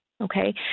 Okay